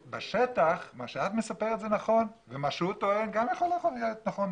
בשטח מה שאת מספרת זה נכון ומה שהוא טוען גם יכול להיות נכון.